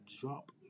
drop